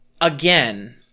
Again